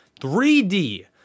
3D